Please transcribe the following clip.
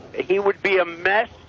he would be a mess.